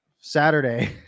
Saturday